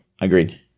agreed